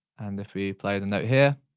and if we play the note here,